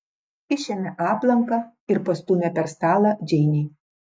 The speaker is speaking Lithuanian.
išėmė aplanką ir pastūmė per stalą džeinei